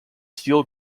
steel